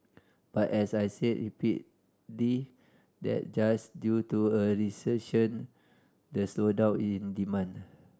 but as I said repeatedly that just due to a recession the slowdown in demand